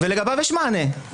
ולגביו יש מענה.